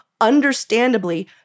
understandably